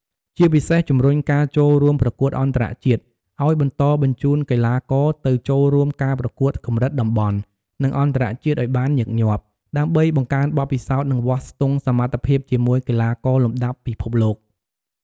ជាពិសេសជំរុញការចូលរួមប្រកួតអន្តរជាតិឲ្យបន្តបញ្ជូនកីឡាករទៅចូលរួមការប្រកួតកម្រិតតំបន់ និងអន្តរជាតិឱ្យបានញឹកញាប់ ដើម្បីបង្កើនបទពិសោធន៍ និងវាស់ស្ទង់សមត្ថភាពជាមួយកីឡាករលំដាប់ពិភពលោក។